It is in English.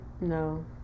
no